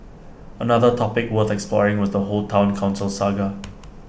another topic worth exploring was the whole Town Council saga